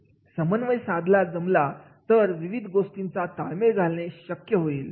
समन्वय साधला जमला तरच विविध गोष्टींचा ताळमेळ घालणे शक्य होईल